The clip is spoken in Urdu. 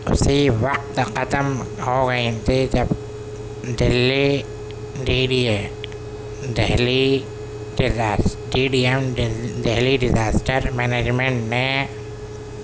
اسی وقت ختم ہو گئی تھیں جب Delhi D D A Delhi D D M Delhi disaster management نے